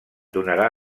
donarà